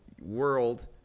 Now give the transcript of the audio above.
world